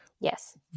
Yes